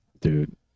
Dude